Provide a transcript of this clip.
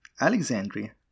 Alexandria